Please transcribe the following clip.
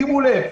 שימו לב,